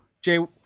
Jay